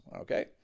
Okay